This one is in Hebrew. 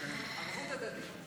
ערבות הדדית.